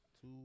two